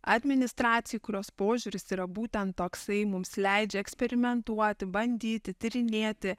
administracijai kurios požiūris yra būtent toksai mums leidžia eksperimentuoti bandyti tyrinėti